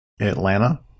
Atlanta